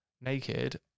naked